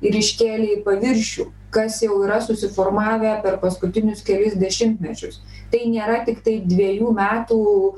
ir iškėlė į paviršių kas jau yra susiformavę per paskutinius kelis dešimtmečius tai nėra tiktai dviejų metų